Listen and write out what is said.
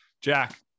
Jack